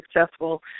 successful